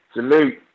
Salute